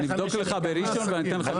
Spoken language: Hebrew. אני אבדוק לך בראשון ואני אתן לך תשובה.